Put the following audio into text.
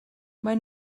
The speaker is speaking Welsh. maen